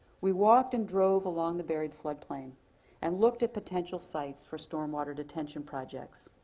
we walked and drove along the buried flood plain and looked at potential sites for storm water detention projects.